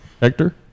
Hector